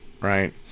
right